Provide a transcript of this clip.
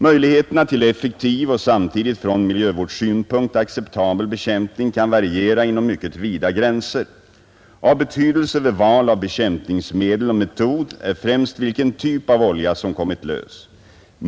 Möjligheterna till effektiv och samtidigt från miljövårdssynpunkt acceptabel bekämpning kan variera inom mycket vida gränser. Av betydelse vid val av bekämpningsmedel och metod är främst vilken typ av olja som kommit lös.